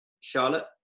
Charlotte